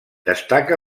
destaca